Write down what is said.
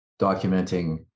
documenting